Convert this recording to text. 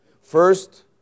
First